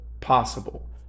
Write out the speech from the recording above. possible